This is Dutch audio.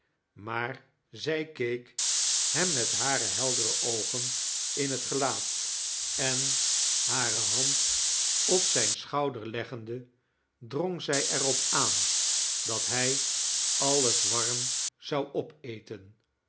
maar zij keek hem met hare heklere oogen in het gelaat en hare hand op zijn schouder leggende drong zij er op aan dat hij alles warm zou opeten